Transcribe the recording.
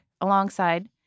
alongside